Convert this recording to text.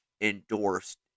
endorsed